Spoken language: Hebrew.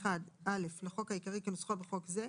19ו1(א) לחוק העיקרי כנוסחו בחוק זה,